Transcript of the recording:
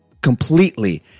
completely